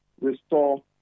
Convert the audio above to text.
restore